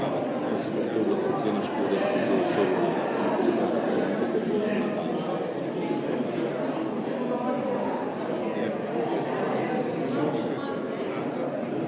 Hvala